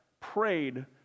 prayed